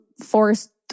forced